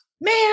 man